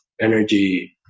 energy